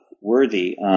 worthy